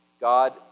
God